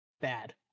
bad